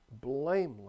blameless